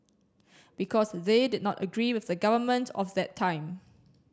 because they did not agree with the government of that time